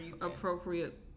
appropriate